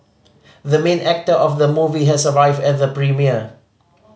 the main actor of the movie has arrived at the premiere